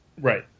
Right